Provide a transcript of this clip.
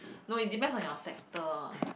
no it depends on your sector